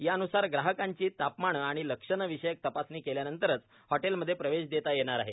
यानुसार ग्राहकांची तापमान आणि लक्षणं विषयक तपासणी केल्यानंतरच हॉटेलमधे प्रवेश देता येणार आहे